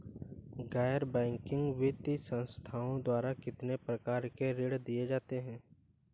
गैर बैंकिंग वित्तीय संस्थाओं द्वारा कितनी प्रकार के ऋण दिए जाते हैं?